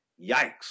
yikes